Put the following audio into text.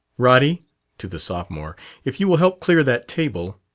roddy to the sophomore if you will help clear that table.